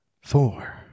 Four